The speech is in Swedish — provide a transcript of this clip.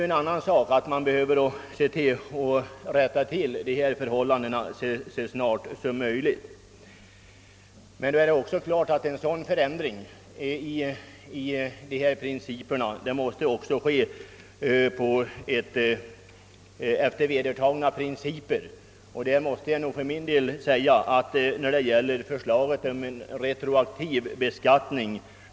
En annan sak är att felaktiga förhållanden bör rättas till så snart som möjligt, men det är också klart att en sådan förändring bör genomföras enligt vedertagna principer. För min del anser jag att vedertagna principer inte följs genom förslaget om en retroaktiv beskattning.